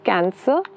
Cancer